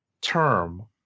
term